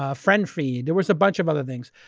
ah friendfeed, there were so a bunch of other things.